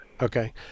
Okay